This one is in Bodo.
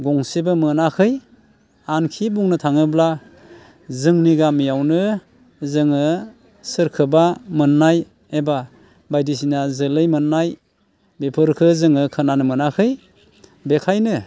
गंसेबो मोनाखै आनखि बुंनो थाङोब्ला जोंनि गामियावनो जोङो सोरखौबा मोननाय एबा बायदिसिना जोलै मोननाय बेफोरखौ जोङो खोनानो मोनाखै बेनिखायनो